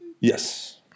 Yes